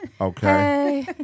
Okay